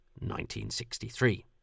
1963